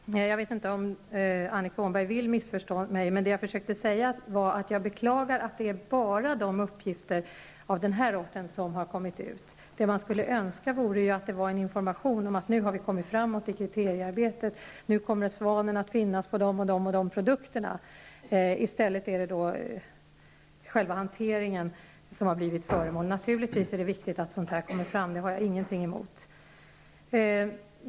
Herr talman! Jag vet inte om Annika Åhnberg vill missförstå mig, men vad jag försökte säga var att jag beklagar att bara uppgifter av den här arten har kommit ut. Det jag skulle önska är information om att man nu har kommit framåt i kriteriearbetet och att svanen nu kommer att finnas på de olika produkterna. I stället är det själva hanteringen som har blivit föremål för information. Naturligtvis är det viktigt att sådant också kommer fram, det har jag ingenting emot.